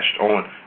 on